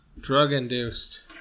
Drug-induced